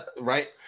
right